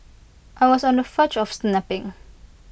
I was on the verge of snapping